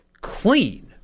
clean